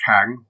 Kang